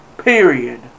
Period